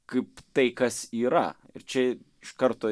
kaip tai kas yra ir čia iš karto